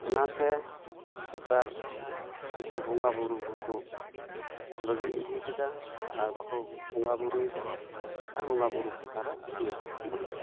ᱚᱱᱟ ᱛᱮ ᱱᱮᱛᱟᱨ ᱩᱱᱠᱩ ᱵᱚᱸᱜᱟ ᱵᱳᱨᱳ ᱦᱚᱸᱠᱚ ᱵᱟᱹᱜᱤ ᱤᱫᱤ ᱠᱮᱫᱟ ᱟᱨ ᱵᱟᱠᱚ ᱵᱚᱸᱜᱟ ᱵᱳᱨᱳᱭᱮᱫᱟ ᱟᱨ ᱵᱚᱸᱜᱟ ᱵᱳᱨᱳ ᱪᱮᱛᱟᱱ ᱨᱮ ᱯᱟᱹᱛᱭᱟᱹᱣ ᱦᱚᱸ ᱵᱟᱹᱱᱩᱜ ᱛᱟᱠᱚᱣᱟ